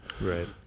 Right